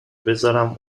بذارم